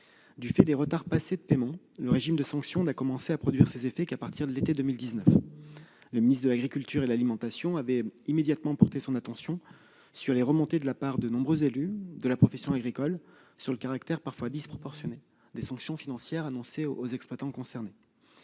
Du fait des retards de paiement passés, le régime de sanctions n'a commencé à produire ses effets qu'à l'été 2019. Le ministre de l'agriculture et de l'alimentation avait immédiatement prêté attention aux témoignages de nombreux élus de la profession agricole sur le caractère parfois disproportionné des sanctions financières annoncées aux exploitants. Il n'est